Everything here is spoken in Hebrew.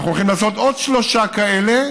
ואנחנו הולכים לעשות עוד שלושה כאלה,